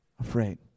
Afraid